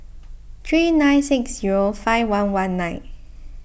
three nine six zero five one one nine